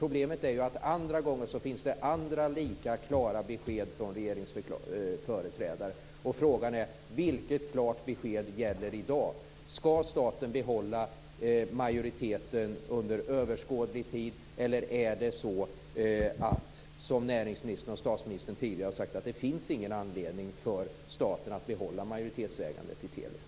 Problemet är ju att andra gånger finns det andra lika klara besked från regeringens företrädare. Frågan är: Vilket klart besked gäller i dag? Ska staten behålla majoriteten under överskådlig tid eller är det så, som näringsministern och statsministern tidigare har sagt, att det inte finns någon anledning för staten att behålla majoritetsägandet i Telia?